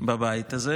בבית הזה: